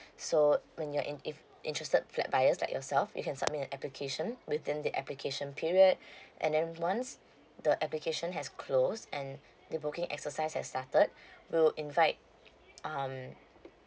so when you're in if interested flat buyers like yourself you can submit an application within the application period and then once the application has closed and the booking exercise has started we'll invite um